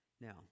Now